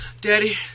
Daddy